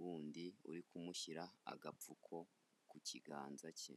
wundi uri kumushyira agapfuko ku kiganza cye.